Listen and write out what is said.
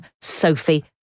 Sophie